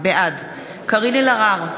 בעד קארין אלהרר,